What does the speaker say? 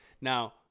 now